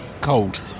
Cold